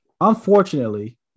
unfortunately